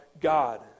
God